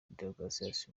deogratias